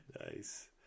Nice